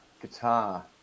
guitar